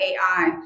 AI